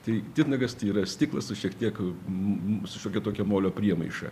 tai titnagas tai yra stiklas su šiek tiek m su šiokia tokia molio priemaiša